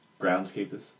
Groundskeepers